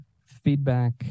feedback